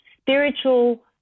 spiritual